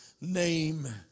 name